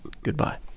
goodbye